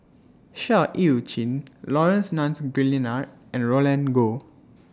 Seah EU Chin Laurence Nunns and Guillemard and Roland Goh